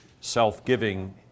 self-giving